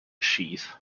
sheath